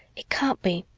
it can't be,